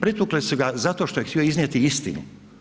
Pretukli su ga zato što je htio iznijeti istinu.